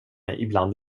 ibland